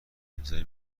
امضای